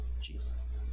Jesus